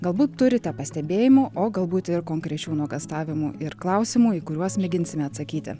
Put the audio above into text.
galbūt turite pastebėjimų o galbūt ir konkrečių nuogąstavimų ir klausimų į kuriuos mėginsime atsakyti